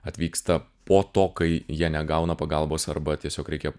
atvyksta po to kai jie negauna pagalbos arba tiesiog reikia